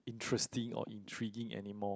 interesting or intriguing anymore